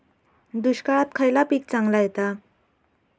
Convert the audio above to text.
दुष्काळात खयला पीक चांगला येता?